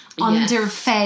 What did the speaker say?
underfed